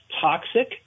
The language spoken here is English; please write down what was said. toxic